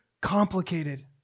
complicated